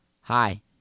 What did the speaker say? hi